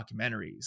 documentaries